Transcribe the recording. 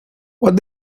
what